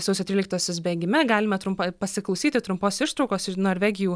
sausio tryliktosios bėgime galime trumpa pasiklausyti trumpos ištraukos iš norvegijų